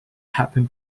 happen